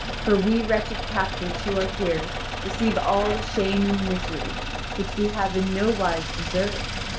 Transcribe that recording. for we wretched captives who are here receive all the shame and misery which we have in no wise deserved.